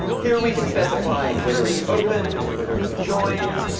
here we can specify whether it's opened, whether it's joined.